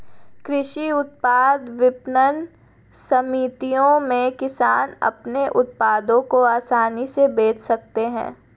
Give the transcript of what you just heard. कृषि उत्पाद विपणन समितियों में किसान अपने उत्पादों को आसानी से बेच सकते हैं